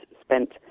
spent